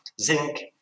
zinc